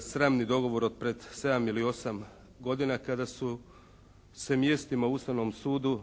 sramni dogovor od pred 7 ili 8 godina kada su se mjestima u Ustavnom sudu